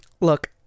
look